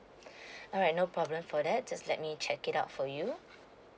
alright no problem for that just let me check it out for you